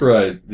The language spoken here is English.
Right